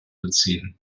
beziehen